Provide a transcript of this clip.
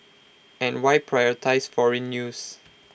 and why prioritise foreign news